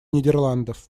нидерландов